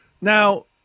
Now